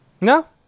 No